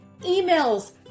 emails